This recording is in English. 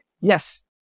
Yes